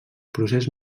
procés